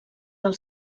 del